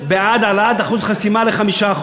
בעד העלאת אחוז חסימה ל-5%,